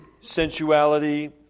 sensuality